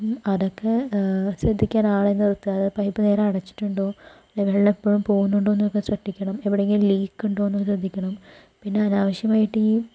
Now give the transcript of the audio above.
അപ്പോൾ അതൊക്കെ ശ്രദ്ധിക്കാൻ ആളെ നിർത്തുക പൈപ്പ് നേരടച്ചിട്ടുണ്ടോ അല്ലേ വെള്ളം എപ്പഴും പോകുന്നുണ്ടോ എന്ന് ഒക്കെ ശ്രദ്ധിക്കണം എവിടെങ്കിലും ലീക്കുണ്ടോന്ന് ശ്രദ്ധിക്കണം പിന്നെ അനാവശ്യമായിട്ട് ഈ